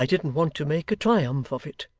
i didn't want to make a triumph of it.